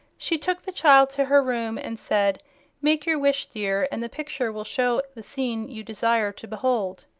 she took the child to her room and said make your wish, dear, and the picture will show the scene you desire to behold.